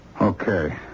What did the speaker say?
Okay